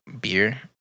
beer